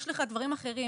יש לך דברים אחרים,